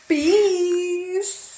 Peace